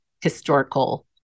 historical